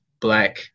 black